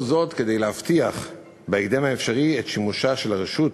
כל זאת כדי להבטיח בהקדם האפשרי את שימושה של הרשות